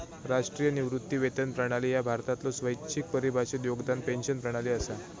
राष्ट्रीय निवृत्ती वेतन प्रणाली ह्या भारतातलो स्वैच्छिक परिभाषित योगदान पेन्शन प्रणाली असा